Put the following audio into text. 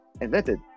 invented